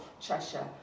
Cheshire